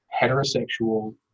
heterosexual